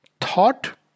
Thought